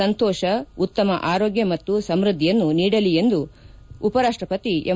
ಸಂತೋಷ ಉತ್ತಮ ಆರೋಗ್ಯ ಮತ್ತು ಸಮೃದ್ಧಿಯನ್ನು ನೀಡಲಿ ಎಂದು ಎಂ